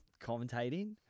commentating